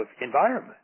environment